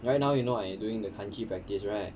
right now you know I doing the kanji practice right